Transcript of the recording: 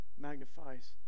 magnifies